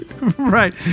Right